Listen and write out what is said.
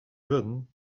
wurden